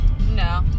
No